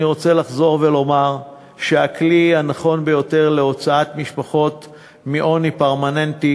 אני רוצה לחזור ולומר שהכלי הנכון ביותר להוצאת משפחות מעוני פרמננטי